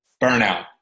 burnout